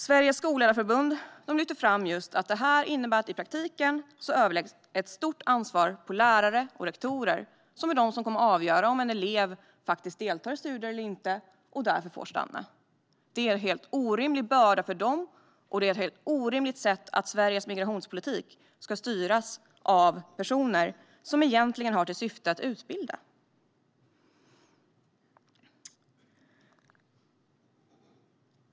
Sveriges Skolledarförbund lyfter fram att detta i praktiken innebär att stort ansvar läggs över på lärare och rektorer, som är de som kommer att avgöra om en elev faktiskt deltar i studier eller inte och får stanna eller inte. Det är en helt orimlig börda för dem, och det är ett helt orimligt sätt att Sveriges migrationspolitik ska styras av personer som egentligen har i uppgift att utbilda.